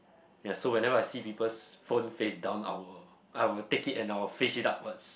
ya so whenever I see people's phone face down I will I will take it and I will face it upwards